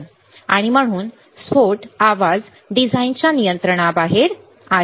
आणि म्हणून स्फोट आवाज डिझाइनच्या नियंत्रणाबाहेर आहे